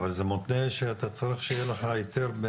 אבל זה מותנה שאתה צריך שיהיה לך היתר.